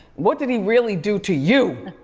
what did he really do to you?